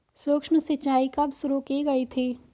सूक्ष्म सिंचाई कब शुरू की गई थी?